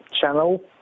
channel